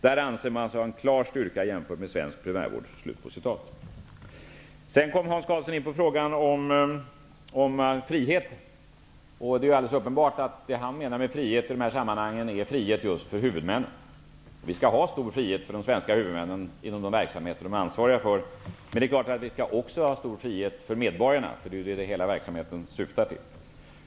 Där anser man sig ha en klar styrka jämfört med svensk primärvård.'' Sedan kom Hans Karlsson in på frågan om frihet. Det är alldeles uppenbart att det han menar med frihet är frihet för huvudmännen. Vi skall ha en stor frihet för de svenska huvudmännen inom de verksamheter de är ansvariga för, men vi skall också ha stor frihet för medborgarna. Det är ju det som hela verksamheten syftar till.